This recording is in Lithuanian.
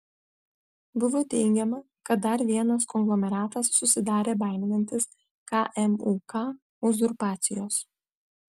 buvo teigiama kad dar vienas konglomeratas susidarė baiminantis kmuk uzurpacijos